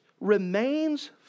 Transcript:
remains